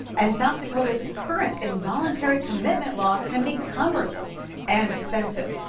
and, south dakota's current involuntary commitment law can be cumbersome and expensive.